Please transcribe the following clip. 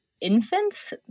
infants